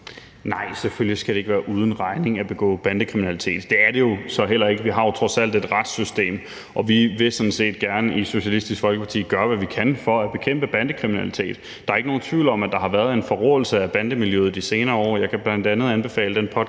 Nej, selvfølgelig skal det ikke være uden regning at begå bandekriminalitet. Det er det jo så heller ikke. Vi har jo trods alt et retssystem, og vi vil sådan set gerne i Socialistisk Folkeparti gøre, hvad vi kan, for at bekæmpe bandekriminalitet. Der er ikke nogen tvivl om, at der har været en forråelse af bandemiljøet de senere år.